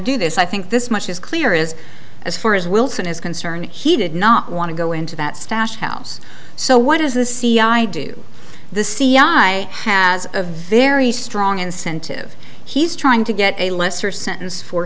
do this i think this much is clear is as far as wilson is concerned he did not want to go into that stash house so why does the c i do the c i has a very strong incentive he's trying to get a lesser sentence for